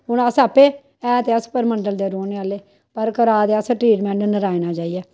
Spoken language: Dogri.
हून अस आपूं ऐ ते अस परमंडल दे रौह्ने आह्ले पर करा दे अस ट्रीटमेंट नारायना जाइयै